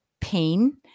pain